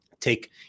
take